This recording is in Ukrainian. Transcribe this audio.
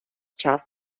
час